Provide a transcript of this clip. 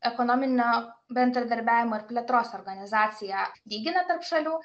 ekonominio bendradarbiavimo ir plėtros organizacija lygina tarp šalių